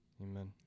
Amen